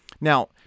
Now